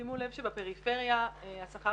שימו לב שבפריפריה השכר